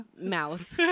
mouth